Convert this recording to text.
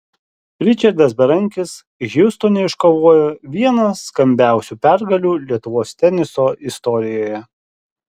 ričardas berankis hjustone iškovojo vieną skambiausių pergalių lietuvos teniso istorijoje